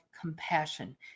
compassion